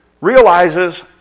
realizes